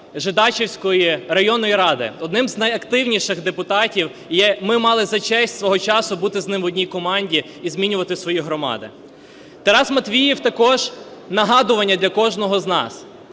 Жидачівської районної ради, одним з найактивніших депутатів. Ми мали за честь свого часу бути з ним в одній команді і змінювати свої громади. Тарас Матвіїв – також нагадування для кожного з нас.